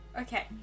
Okay